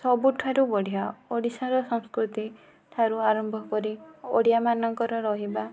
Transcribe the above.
ସବୁଠାରୁ ବଢ଼ିଆ ଓଡ଼ିଶାର ସଂସ୍କୃତି ଠାରୁ ଆରମ୍ଭ କରି ଓଡ଼ିଆମାନଙ୍କର ରହିବା